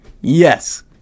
Yes